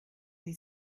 die